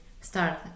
start